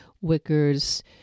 Wicker's